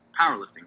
powerlifting